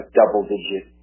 double-digit